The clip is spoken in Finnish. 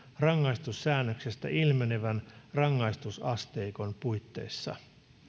rangaistussäännöksestä ilmenevän rangaistusasteikon puitteissa